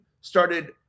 started